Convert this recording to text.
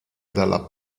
dalla